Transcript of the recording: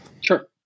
Sure